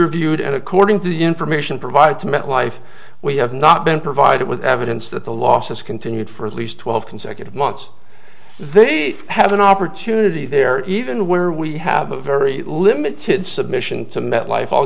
reviewed and according to the information provided to met life we have not been provided with evidence that the losses continued for at least twelve consecutive months they have an opportunity there even where we have a very limited submission to met life i'll